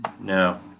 No